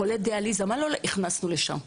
את חולי הדיאליזה מה לא הכנסנו לשם.